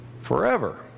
forever